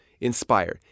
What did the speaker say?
Inspire